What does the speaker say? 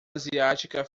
asiática